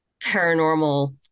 paranormal